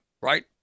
right